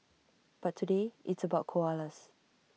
but today it's about koalas